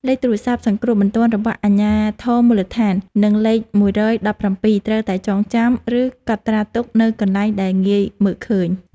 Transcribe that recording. លេខទូរស័ព្ទសង្គ្រោះបន្ទាន់របស់អាជ្ញាធរមូលដ្ឋាន និងលេខ១១៧ត្រូវតែចងចាំ ឬកត់ត្រាទុកនៅកន្លែងដែលងាយមើលឃើញ។